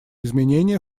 изменения